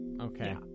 Okay